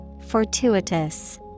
Fortuitous